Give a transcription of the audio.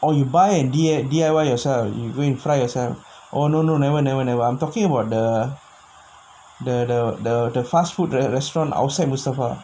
or you buy at and D_I_Y yourself no no no no I'm talking about the the the the the fast food restaurant outside Mustafa